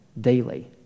daily